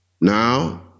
Now